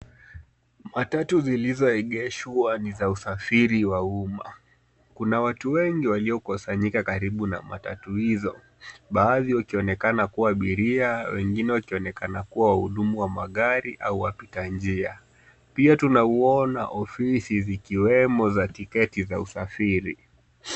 Matatu zilizoegeshwa ni za usafiri wa umma. Kuna watu wengi waliokusanyika karibu na matatu hizo. Baadhi wakionekana kuwa abiria, wengine wakionekana kuwa wahudumu wa magari au wapita njia. Pia tunauona ofisi zikiwemo za tiketi za usafiri.